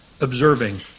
observing